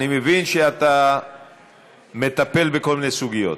אני מבין שאתה מטפל בכל מיני סוגיות.